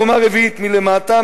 קומה רביעית מלמטה,